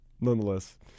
nonetheless